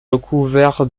recouverts